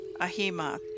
Ahima